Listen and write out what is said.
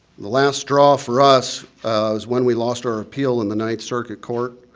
the last straw for us is when we lost our appeal in the ninth circuit court